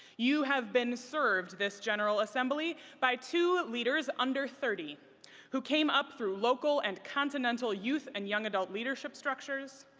you have been served this general assembly by two leaders under thirty who came up through local and continental youth and young adult leadership structures.